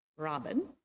Robin